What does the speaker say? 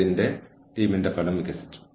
അതിനാൽ ഈ ശ്രേണി ഇവിടെ ചർച്ചചെയ്യുന്നു